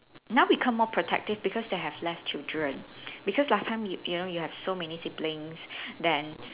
now become more protective because they have less children because last time you you know you have so many siblings then